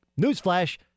newsflash